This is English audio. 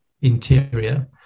interior